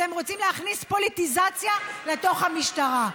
אתם רוצים להכניס פוליטיזציה לתוך המשטרה.